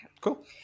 Cool